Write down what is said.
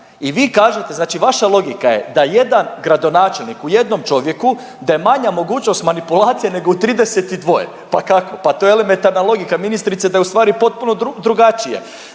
i vi kažete, znači vaša logika je da jedan gradonačelnik u jednom čovjeku da je manja mogućnost manipulacije nego u 32 pa kako, pa to je elementarna logika ministrice da je potpuno drugačije,